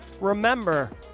Remember